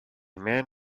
man